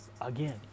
again